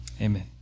amen